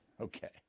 Okay